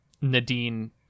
nadine